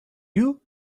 you